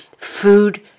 Food